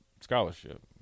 scholarship